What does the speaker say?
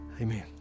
Amen